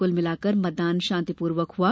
कुल मिलाकर मतदान शांतिपूर्वक हुआ